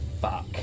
fuck